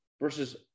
versus